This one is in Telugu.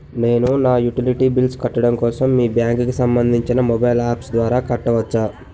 నేను నా యుటిలిటీ బిల్ల్స్ కట్టడం కోసం మీ బ్యాంక్ కి సంబందించిన మొబైల్ అప్స్ ద్వారా కట్టవచ్చా?